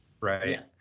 Right